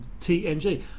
TNG